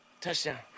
touchdown